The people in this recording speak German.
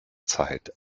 zeit